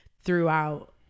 throughout